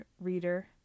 reader